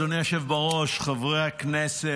אדוני היושב בראש, חברי הכנסת,